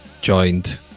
joined